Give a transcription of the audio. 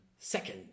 second